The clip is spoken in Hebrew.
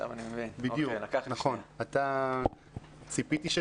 אנחנו דנים בנושא